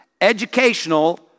educational